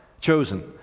chosen